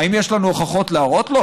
האם יש לנו הוכחות להראות לו?